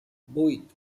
vuit